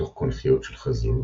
בתוך קונכיות של חלזונות,